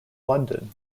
london